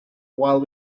while